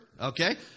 okay